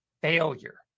failure